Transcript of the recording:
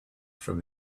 from